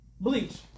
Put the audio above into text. bleach